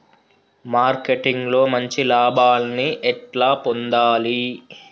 Marketing లో మంచి లాభాల్ని ఎట్లా పొందాలి?